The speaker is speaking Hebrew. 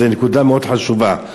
זו נקודה מאוד חשובה.